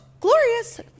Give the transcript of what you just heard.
glorious